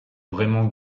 vraiment